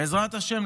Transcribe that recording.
בעזרת השם,